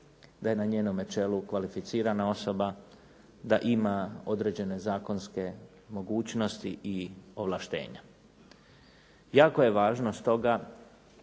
da je na njenome čelu kvalificirana osoba, da ima određene zakonske mogućnosti i ovlaštenja. Jako je važno stoga